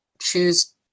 choose